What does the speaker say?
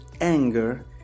anger